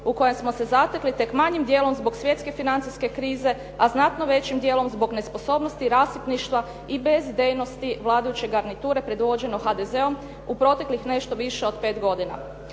u kojoj smo se zatekli tek manjim dijelom zbog svjetske financijske krize, a znatno većim dijelom zbog nesposobnosti, rasipništva i bezidejnosti vladajuće garniture predvođenom HDZ-om u proteklih nešto više od 5 godina.